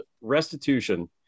Restitution